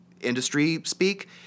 industry-speak